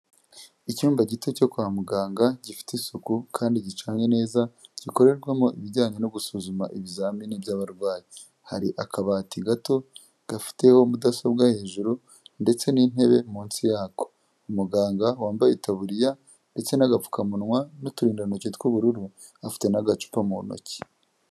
Icyumba gito cyo kwa muganga gifite isuku kandi gicanye neza, gikorerwamo ibijyanye no gusuzuma ibizamini by'abarwayi, hari akabati gato gafiteho mudasobwa hejuru ndetse n'intebe munsi yako. Umuganga wambaye itaburiya ndetse n'agapfukamunwa n'uturindantoki tw'ubururu afite n'agacupa mu ntoki.